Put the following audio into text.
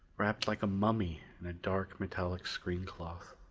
wrapped like a mummy in a dark metallic screen-cloth.